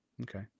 okay